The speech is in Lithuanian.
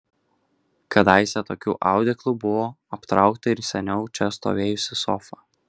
kadaise tokiu audeklu buvo aptraukta ir seniau čia stovėjusi sofa